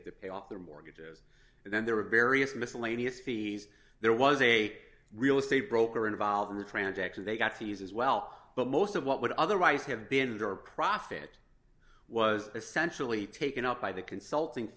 pay off their mortgages and then there were various miscellaneous fees there was a real estate broker involved in the transaction they got to use as well but most of what would otherwise have been under a profit was essentially taken up by the consulting